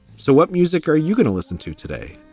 so what music are you going to listen to today?